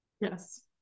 Yes